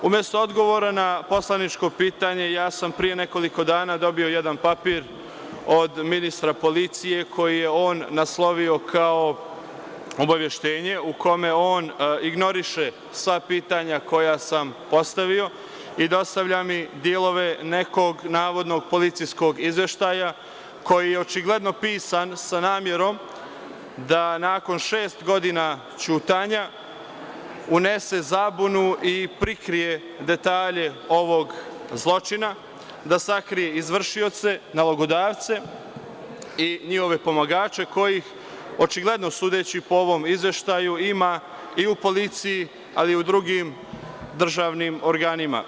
Umesto odgovora na poslaničko pitanje, ja sam pre nekoliko dana dobio jedan papir od ministra policije koji je on naslovio kao obaveštenje u kome on ignoriše sva pitanja koja sam postavio i dostavlja mi delove nekog navodnog policijskog izveštaja, koji je očigledno pisan sa namerom da nakon šest godina ćutanja unese zabunu i prikrije detalje ovog zločina, da sakrije izvršioce, nalogodavce i njihove pomagače kojih očigledno, sudeći po ovom izveštaju, ima i u policiji ali i u drugim državnim organima.